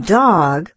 dog